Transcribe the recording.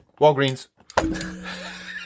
Walgreens